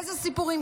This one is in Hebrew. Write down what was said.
איזה סיפורים,